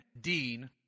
Dean